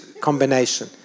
combination